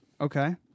Okay